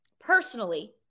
personally –